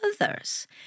others